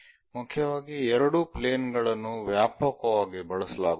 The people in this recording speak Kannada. ಮುಖ್ಯವಾಗಿ ಎರಡು ಪ್ಲೇನ್ ಗಳನ್ನು ವ್ಯಾಪಕವಾಗಿ ಬಳಸಲಾಗುತ್ತದೆ